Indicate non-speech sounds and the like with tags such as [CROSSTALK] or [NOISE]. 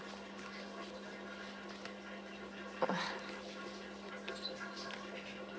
[LAUGHS]